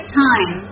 time